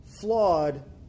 flawed